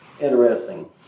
interesting